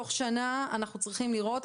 בתוך שנה אנחנו צריכים לראות,